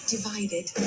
Divided